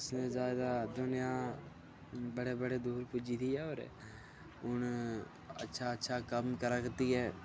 इसलै ज़्यादा दुनिया बड़े बड़े दूर पुज्जी दी होर हून अच्छा अच्छा कम्म करै करदी ऐ